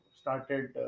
started